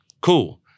Cool